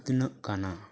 ᱩᱛᱱᱟᱹᱜ ᱠᱟᱱᱟ